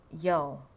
yo